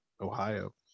Ohio